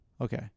Okay